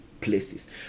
places